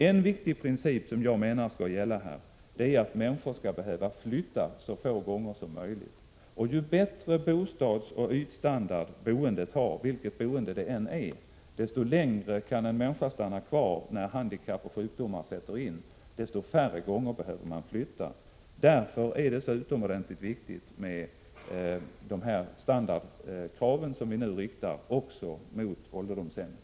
En viktig princip som jag menar skall gälla är att människor skall behöva flytta så få gånger som möjligt. Ju bättre bostadsoch ytstandard boendet har, vilket boende det än är, desto längre kan en människa stanna kvar när handikapp och sjukdomar sätter in och desto färre gånger behöver man flytta. Därför är det så utomordentligt viktigt med dessa standardkrav som vi nu riktar också mot ålderdomshemmen.